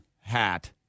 hat